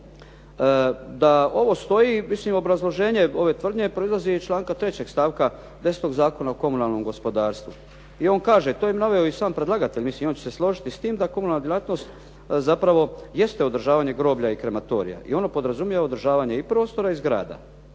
Da ovo stoji, obrazloženje ove tvrdnje proizlazi iz članka 3. stavka 10. Zakona o komunalnom gospodarstvu. I on kaže, to je naveo i sam predlagatelj, on će se složiti s tim da komunalna djelatnost zapravo jeste održavanje groblja i krematorija i ono podrazumijeva održavanje i prostora i zgrada